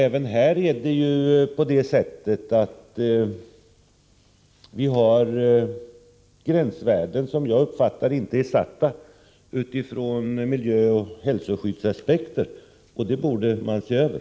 Även här har vi gränsvärden vilka, som jag uppfattar det, inte är satta utifrån miljöoch hälsoskyddsaspekter. Detta borde man se över.